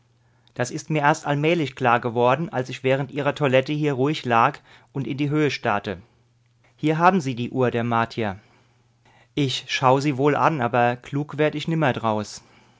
das ist mir erst allmählich klar geworden als ich während ihrer toilette hier ruhig lag und in die höhe starrte hier haben sie die uhr der martier ich schau sie wohl an aber klug werd ich nimmer draus